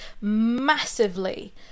massively